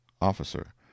Officer